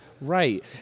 Right